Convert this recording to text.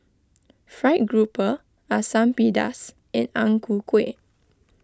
Fried Grouper Asam Pedas and Ang Ku Kueh